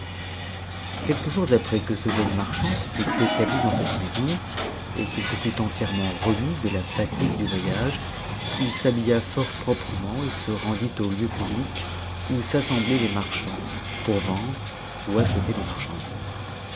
quelques jours après que ce jeune marchand se fut établi dans cette maison et qu'il se fut entièrement remis de la fatigue du voyage il s'habilla fort proprement et se rendit au lieu public où s'assemblaient les marchands pour vendre ou acheter des marchandises